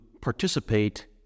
participate